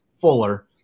Fuller